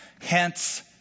Hence